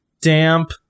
damp